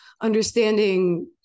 understanding